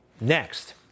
Next